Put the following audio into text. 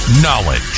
Knowledge